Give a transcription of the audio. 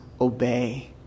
obey